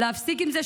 להפסיק עם זה.